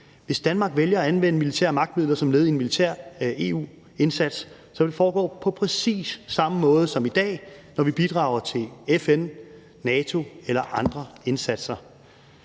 Hvis Danmark vælger at anvende militære magtmidler som led i en militær EU-indsats, vil det foregå på præcis samme måde som i dag, når vi bidrager til FN, NATO eller andre indsatser.